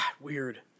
weird